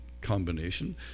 combination